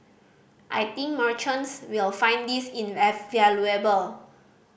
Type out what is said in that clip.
I think merchants will find this